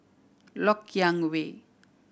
Lok Yang Way